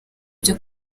byo